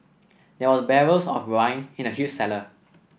there were barrels of wine in the huge cellar